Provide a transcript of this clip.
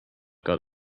got